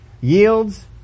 yields